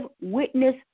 witness